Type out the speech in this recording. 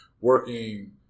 working